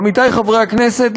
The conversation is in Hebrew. עמיתי חברי הכנסת,